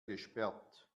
gesperrt